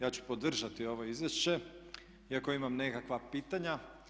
Ja ću podržati ovo izvješće iako imam nekakva pitanja.